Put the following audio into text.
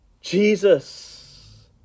Jesus